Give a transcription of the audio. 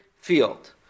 field